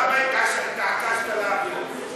למה התעקשת להעביר?